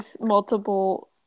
multiple